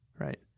right